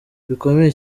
bukomeye